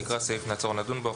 נקרא סעיף ונעצור ונדון בו.